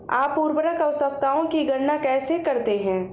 आप उर्वरक आवश्यकताओं की गणना कैसे करते हैं?